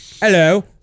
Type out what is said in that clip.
Hello